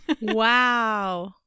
Wow